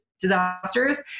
disasters